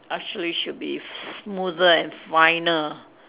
actually should be smoother and finer